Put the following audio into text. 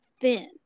thin